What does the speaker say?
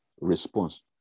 response